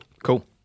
Cool